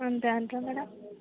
అంతే అంతే మ్యాడమ్